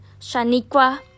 Shaniqua